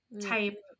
type